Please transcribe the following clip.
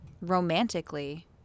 romantically